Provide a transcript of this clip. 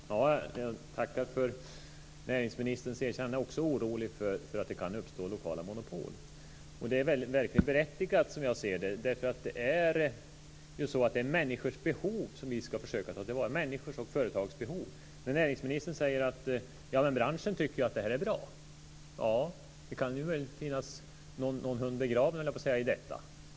Fru talman! Jag tackar för näringsministerns erkännande. Jag är också orolig för att lokala monopol kan uppstå. Oron är berättigad, som jag ser det. Det är ju människors och företags behov som vi ska försöka ta till vara. Näringsministern säger: Jamen, branschen tycker att det här är bra. Ja - det kan ju möjligtvis finnas någon hund begraven i detta.